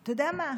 אתה יודע מה?